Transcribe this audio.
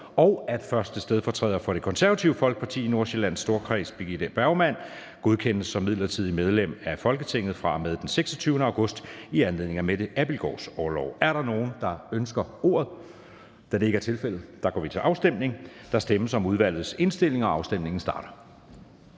og at 1. stedfortræder for Det Konservative Folkeparti i Nordsjællands Storkreds, Birgitte Bergman, godkendes som midlertidigt medlem af Folketinget fra og med den 26. august 2024 i anledning af Mette Abildgaards orlov. Er der nogen, der ønsker ordet? Da det ikke er tilfældet, går vi til afstemning. Kl. 13:13 Afstemning Anden